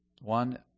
One